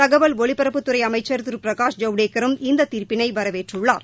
தகவல் ஒலிபரப்புத்துறை அமைச்சள் திரு பிரகாஷ் ஜவடேக்கரும் இந்த தீர்ப்பினை வரவேற்றுள்ளார்